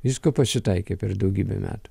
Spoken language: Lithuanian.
visko pasitaikė per daugybę metų